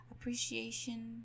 appreciation